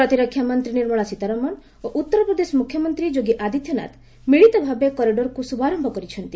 ପ୍ରତିରକ୍ଷାମନ୍ତ୍ରୀ ନିର୍ମଳା ସୀତାରମଣ ଓ ଉତ୍ତରପ୍ରଦେଶ ମୁଖ୍ୟମନ୍ତ୍ରୀ ଯୋଗୀ ଆଦିତ୍ୟନାଥ ମିଳିତଭାବେ କରିଡରକୁ ଶୁଭାରମ୍ଭ କରିଛନ୍ତି